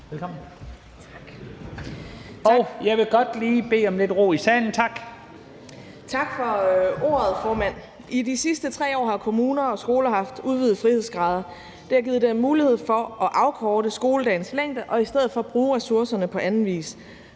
Velkommen. Kl. 13:21 (Ordfører) Astrid Krag (S): Tak for ordet, formand. I de sidste 3 år har kommuner og skoler haft udvidede frihedsgrader. Det har givet dem mulighed for at afkorte skoledagens længde og i stedet for bruge ressourcerne på anden vis,